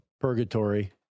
purgatory